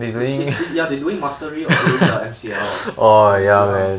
is is is ya they doing mastery or doing the M_C_L ya